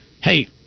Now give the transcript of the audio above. hey